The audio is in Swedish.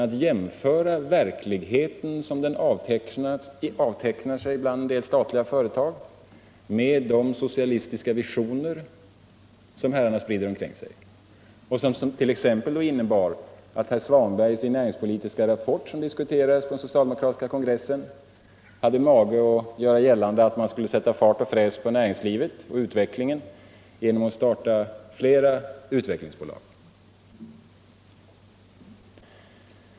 Jag har jämfört verkligheten som den ter sig i en del statliga företag med de socialistiska visioner som herrarna sprider omkring sig och som t.ex. innebar att herr Svanberg i sin näringspolitiska rapport, som diskuterades på den socialdemokratiska kongressen, hade mage att göra gällande att man skulle sätta fart och fräs på näringslivet och utvecklingen genom att starta flera utvecklingsbolag.